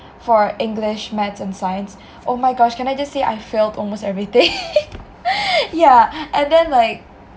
for english maths and science oh my gosh can I just say I failed almost everything yah and then like